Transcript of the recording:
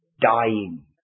dying